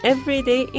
Everyday